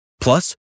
Plus